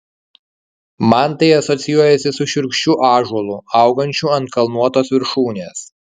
man tai asocijuojasi su šiurkščiu ąžuolu augančiu ant kalnuotos viršūnės